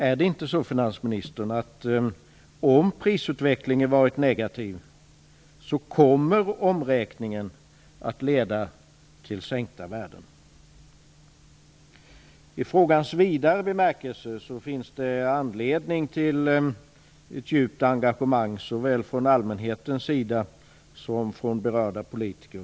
Är det inte så, finansministern, att omräkningen kommer att leda till sänkta värden om prisutvecklingen varit negativ? I frågans vidare bemärkelse finns det anledning till ett djupt engagemang såväl från allmänhetens sida som från berörda politiker.